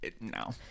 No